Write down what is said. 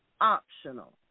optional